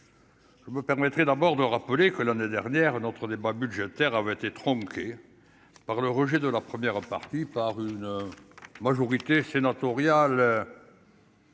je me permettrez d'abord de rappeler que l'année dernière, notre débat budgétaire avait été tronquée par le rejet de la première partie, par une majorité sénatoriale.